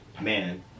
man